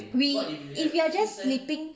we if you're just sleeping